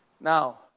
Now